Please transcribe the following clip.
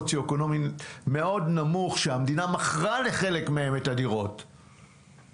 אנשים מסוציו אקונומי מאוד נמוך שהמדינה מכרה לחלק מהם את הדירות שהיו